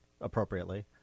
appropriately